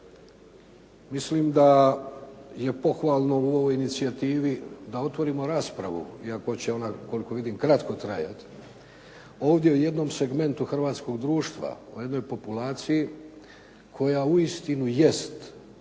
mislim da je pohvalno u ovoj inicijativi da otvorimo raspravu iako će ona koliko vidim kratko trajati. Ovdje o jednom segmentu hrvatskog društva, o jednoj populaciji koja uistinu jest